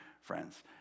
friends